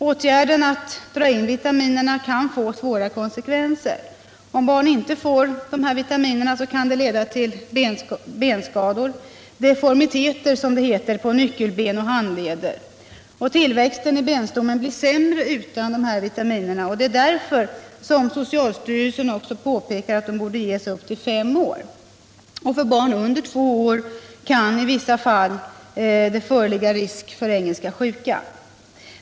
Åtgärderna att dra in vitaminerna kan få svåra konsekvenser. Om barn inte får dessa vitaminer kan det leda till benskador, deformiteter — som det heter — på nyckelben och handleder. Tillväxten i benstommen blir sämre utan vitaminerna, och det är därför socialstyrelsen också påpekar att de borde ges upp till fem års ålder. För barn under två år kan det i vissa fall också föreligga risk för Engelska sjukan.